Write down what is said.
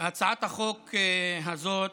הצעת החוק הזאת